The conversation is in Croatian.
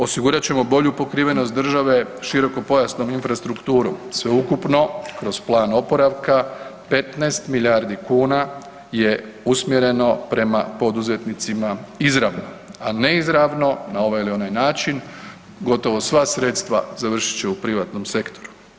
Osigurat ćemo bolju pokrivenost države širokopojasnom infrastrukturom, sveukupno kroz plan oporavka, 15 milijardi kuna je usmjereno prema poduzetnicima izravno a neizravno na ovaj ili onaj način, gotovo sva sredstva završit će u privatnom sektoru.